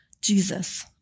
Jesus